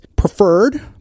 preferred